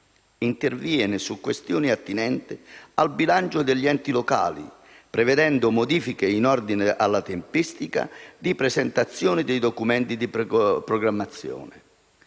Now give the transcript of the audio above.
Interviene su questioni attinenti al bilancio degli enti locali, prevedendo modifiche in ordine alla tempistica di presentazione dei documenti di programmazione